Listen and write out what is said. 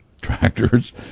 tractors